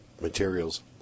materials